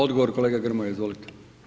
Odgovor kolega Grmoja izvolite.